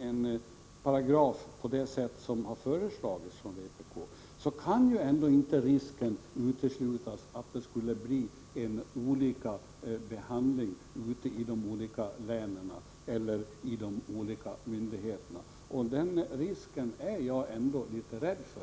en paragraf av det slag som föreslagits av vpk, kan ändå inte risken uteslutas för olika behandling från skilda myndigheter och ute i länen. Den risken är jag litet rädd för.